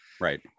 Right